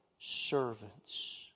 servants